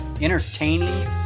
entertaining